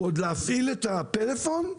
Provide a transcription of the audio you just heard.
ועוד להפעיל את האפליקציה דרך הטלפון.